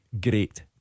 Great